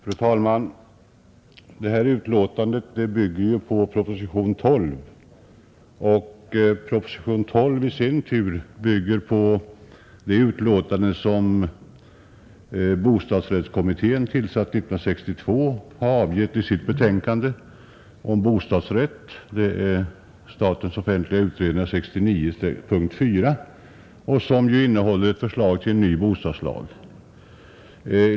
Fru talman! Det här betänkandet bygger ju på propositionen 12 år 1971, som i sin tur bygger på betänkandet Bostadsrätt, SOU 1969:4, som avgavs av den år 1962 tillsatta bostadsrättskommittén och som innehåller förslag till ny bostadslag.